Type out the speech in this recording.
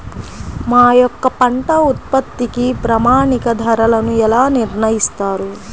మా యొక్క పంట ఉత్పత్తికి ప్రామాణిక ధరలను ఎలా నిర్ణయిస్తారు?